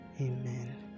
Amen